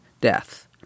death